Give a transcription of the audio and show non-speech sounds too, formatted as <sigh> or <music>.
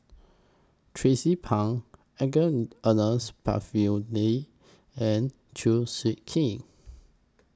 Tracie Pang <unintelligible> Ernest <unintelligible> and Chew Swee Kee